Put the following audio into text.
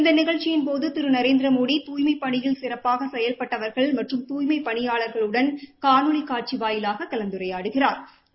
இந்த நிகழ்ச்சியின்போது திரு நரேந்திரமோடி தூய்மைப் பணியில் சிறப்பாக செயல்பட்டவர்கள் மற்றும் தூய்மைப் பணியாளாகளுடன் காணொலி காட்சி வாயிலாக கலந்துரையாடுகிறாா்